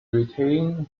retain